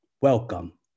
Welcome